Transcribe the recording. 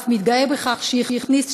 ואף מתגאה בכך שהכניס